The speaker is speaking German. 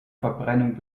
verbrennung